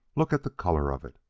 look at the color of it.